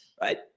Right